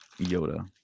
Yoda